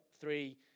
three